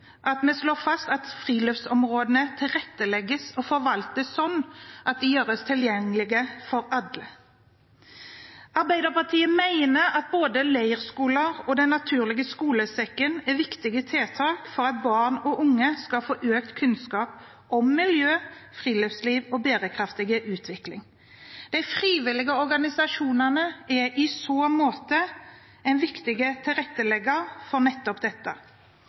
at vi slår fast at friluftsområdene tilrettelegges og forvaltes sånn at de gjøres tilgjengelig for alle. Arbeiderpartiet mener at både leirskoler og Den naturlige skolesekken er viktige tiltak for at barn og unge skal få økt kunnskap om miljø, friluftsliv og bærekraftig utvikling. De frivillige organisasjonene er i så måte en viktig tilrettelegger for nettopp dette.